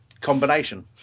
combination